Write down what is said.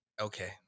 Okay